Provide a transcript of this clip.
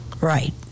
Right